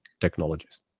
technologies